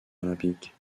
olympiques